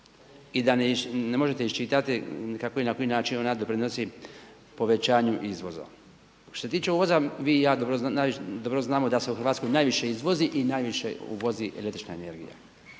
i da ne možete iščitati kako i na koji način ona doprinosi povećanju izvoza. Što se tiče uvoza vi i ja dobro znamo da se u Hrvatskoj najviše izvozi i najviše uvozi električna energija.